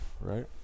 right